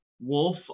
wolf